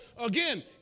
again